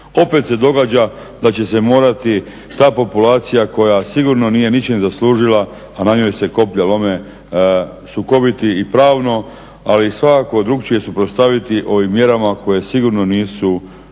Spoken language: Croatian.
Opet se događa da će se morati ta populacija koja sigurno nije ničim zaslužila, a na njoj se koplja lome sukobiti i pravno, ali svakako drukčije suprotstaviti ovim mjerama koje sigurno nisu dobro